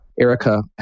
Erica